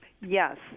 Yes